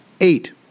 Eight